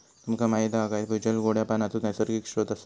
तुमका माहीत हा काय भूजल गोड्या पानाचो नैसर्गिक स्त्रोत असा